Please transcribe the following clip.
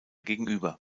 gegenüber